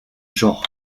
genre